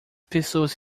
pessoas